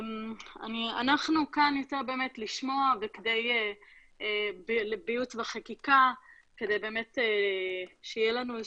אנחנו כאן יותר באמת לשמוע בייעוץ וחקיקה כדי שיהיה לנו באמת